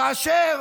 כאשר